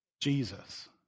Jesus